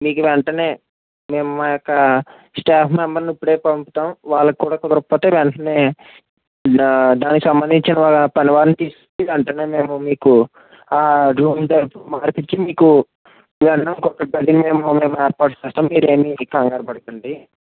మీకు వెంటనే మేము మా యొక్క స్టాఫ్ మెంబెర్ ను ఇప్పుడే పంపుతాం వాళ్ళకు కూడ కుదరకపోతే వెంటనే దానికి సంబంధించిన పనివాళ్లని తీసుకొని వెంటనే మేము మీకు ఆ రూమ్ తలుపు మార్పించి మీకు గొల్లెంకి ఒక్క గొల్లెమే ఏర్పాటు చేస్తాం మీరేమీ కంగారు పడకండి